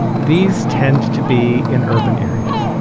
these tend to be in urban areas.